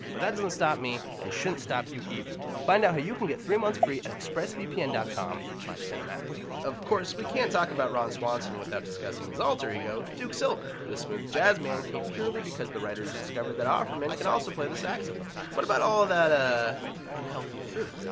but that doesn't stop me, and it shouldn't stop you either. find out how you can get three months free at expressvpn dot com slash cinematica. of course, we can't talk about ron swanson without discussing his alter ego, duke silver. this smooth jazz man came purely because the writers discovered that offerman can also play the saxophone. what about all of that ah unhealthy food?